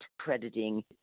crediting